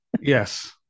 Yes